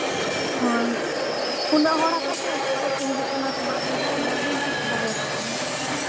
ᱦᱳᱭ ᱩᱱᱟᱹᱜ ᱦᱚᱲ ᱟᱠᱚ ᱥᱮ ᱛᱚ ᱚᱠᱚᱭ ᱠᱚ ᱦᱤᱡᱩᱜ ᱠᱟᱱᱟ ᱠᱚ ᱵᱟᱠᱚ ᱦᱤᱡᱩᱜ ᱠᱟᱱᱟ ᱵᱟᱹᱧ ᱴᱷᱤᱠᱟᱹ ᱫᱟᱲᱮᱭᱟᱠᱚ ᱠᱟᱱᱟ